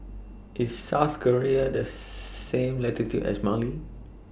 IS South Korea Does same latitude as Mali